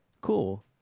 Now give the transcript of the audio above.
Cool